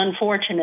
unfortunate